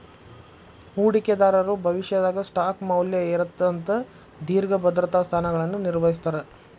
ಹೂಡಿಕೆದಾರರು ಭವಿಷ್ಯದಾಗ ಸ್ಟಾಕ್ ಮೌಲ್ಯ ಏರತ್ತ ಅಂತ ದೇರ್ಘ ಭದ್ರತಾ ಸ್ಥಾನಗಳನ್ನ ನಿರ್ವಹಿಸ್ತರ